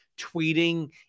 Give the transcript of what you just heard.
tweeting